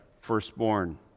firstborn